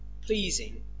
pleasing